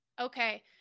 Okay